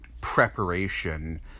preparation